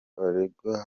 aregwa